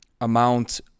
amount